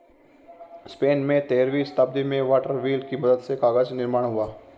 Spain में तेरहवीं शताब्दी में वाटर व्हील की मदद से कागज निर्माण हुआ